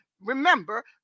remember